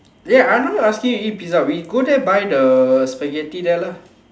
dey I not asking you to eat pizza we go there buy the Spaghetti there lah